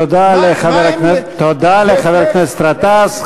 תודה לחבר הכנסת גטאס.